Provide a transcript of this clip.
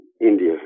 India